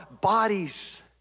bodies